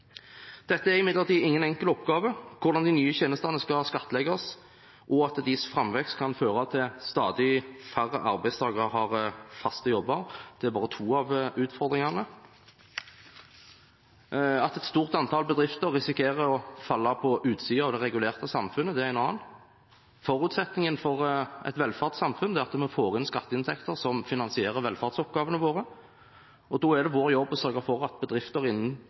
Dette er imidlertid ingen enkel oppgave. Hvordan de nye tjenestene skal skattlegges, og at deres framvekst kan føre til at stadig færre arbeidstakere har faste jobber, er bare to av utfordringene. At et stort antall bedrifter risikerer å falle utenfor det regulerte samfunnet, er en annen. Forutsetningen for et velferdssamfunn er at vi får inn skatteinntekter som finansierer velferdsoppgavene våre. Da er det vår jobb å sørge for at bedrifter innen